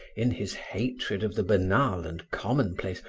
in his hatred of the banal and commonplace,